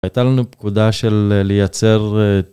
הייתה לנו פקודה של לייצר...